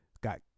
got